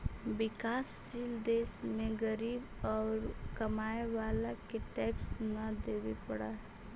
विकासशील देश में गरीब औउर कमाए वाला के टैक्स न देवे पडऽ हई